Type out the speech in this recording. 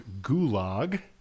Gulag